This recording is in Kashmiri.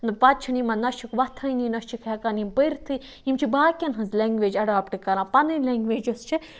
پَتہٕ چھُ نہٕ یِمَن نہَ چھُکھ وۄتھٲنی نہَ چھِکھ ہیٚکان یِم پٔرتھٕے یِم چھِ باقیَن ہٕنٛز لینٛگویج ایٚڈاپٹ کَران پَنٕنۍ لینٛگویج یۄس چھِ